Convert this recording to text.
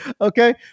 Okay